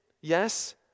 Yes